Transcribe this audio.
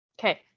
Okay